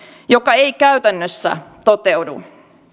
joka ei käytännössä toteudu